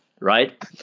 right